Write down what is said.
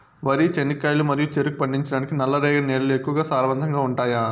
వరి, చెనక్కాయలు మరియు చెరుకు పండించటానికి నల్లరేగడి నేలలు ఎక్కువగా సారవంతంగా ఉంటాయా?